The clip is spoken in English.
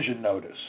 notice